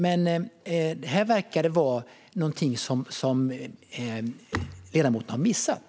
Men här verkar det vara någonting som ledamoten har missat.